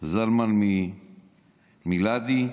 זלמן מלאדי.